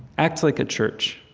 act like a church.